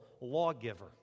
lawgiver